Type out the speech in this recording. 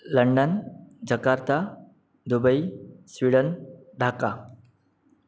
London Jakarta Dubai Sweden Dhaka